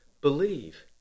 believe